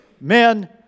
Men